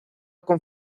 con